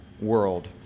world